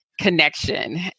connection